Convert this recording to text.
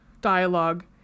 dialogue